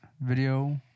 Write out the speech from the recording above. video